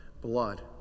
blood